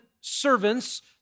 servants